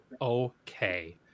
okay